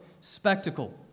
spectacle